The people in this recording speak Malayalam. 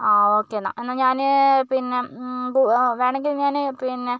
ആ ഓക്കേ എന്നാൽ എന്നാൽ ഞാൻ പിന്നെ ഗു വേണമെങ്കിൽ ഞാൻ പിന്നെ